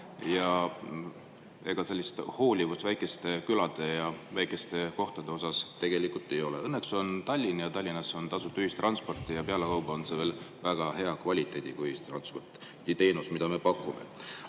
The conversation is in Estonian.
ega sellist hoolivust väikeste külade ja väikeste kohtade suhtes tegelikult ei ole. Õnneks on olemas Tallinn ja Tallinnas on tasuta ühistransport. Pealekauba on see veel väga hea kvaliteediga ühistransporditeenus, mida me pakume. Aga